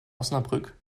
osnabrück